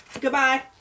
Goodbye